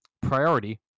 Priority